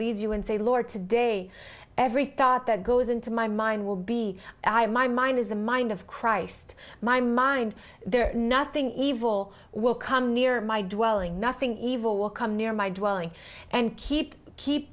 leads you and say lord today every thought that goes into my mind will be my mind is the mind of christ my mind there nothing evil will come near my do nothing evil will come near my dwelling and keep keep